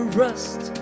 rust